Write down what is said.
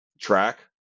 track